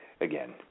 again